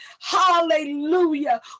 Hallelujah